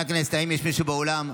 הכנסת, האם יש מישהו שנוכח באולם,